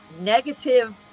negative